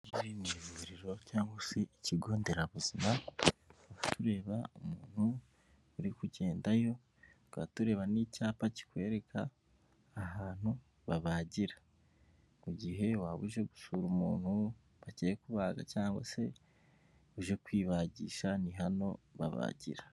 Iri ni ivuriro cyangwa se ikigo nderabuzima tukaba tureba umuntu uri kugendayo, tukaba tureba n'icyapa kikwereka ahantu babagira, mu gihe waba uje gusura umuntu bagiye kubaga cyangwa se uje kwibagisha ni hano babagira.